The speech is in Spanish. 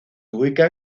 ubica